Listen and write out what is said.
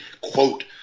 quote